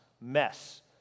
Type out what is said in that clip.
mess